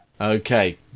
Okay